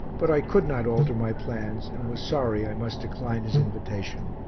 but i could not alter my plans and was sorry i must decline his invitation.